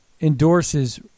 endorses